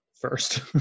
first